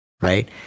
Right